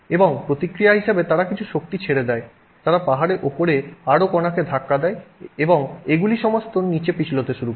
এবং প্রতিক্রিয়া হিসাবে তারা কিছু শক্তি ছেড়ে দেয় তারা পাহাড়ের উপরে আরও কণাকে ধাক্কা দেয় এবং এগুলি সমস্ত নীচে পিছলতে শুরু হয়